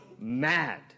mad